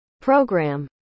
program